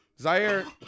Zaire